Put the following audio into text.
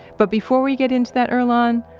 but before we get into that earlonne,